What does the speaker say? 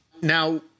Now